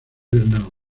know